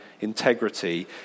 integrity